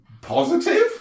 positive